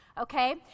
okay